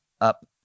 up